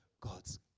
God's